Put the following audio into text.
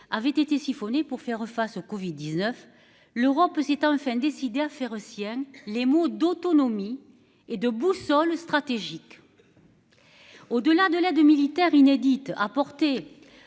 avait été siphonnés pour faire face au Covid-19, l'Europe hésite enfin décidé à faire siennes les mots d'autonomie et de boussole stratégique.-- Au delà de la de militaires inédite apportée.